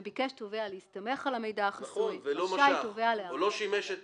ורשאי הוא לקבוע שנימוקי ההחלטה,